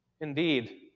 Indeed